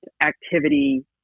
activity